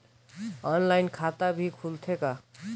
Online खाता भी खुलथे का?